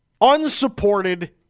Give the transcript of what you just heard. unsupported